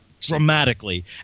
dramatically